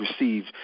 received